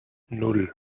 nan